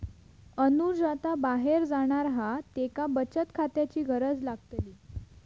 अनुज आता बाहेर जाणार हा त्येका बचत खात्याची गरज लागतली